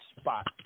spot